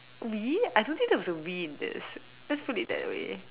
we I don't think that there was a we in this let's put it that way